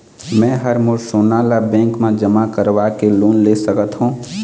मैं हर मोर सोना ला बैंक म जमा करवाके लोन ले सकत हो?